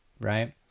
right